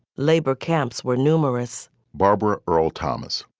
labor camps were numerous barbara earl thomas,